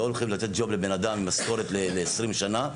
לא הולכים לתת ג'וב לבן אדם עם משכורת ל-20 שנה.